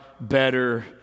better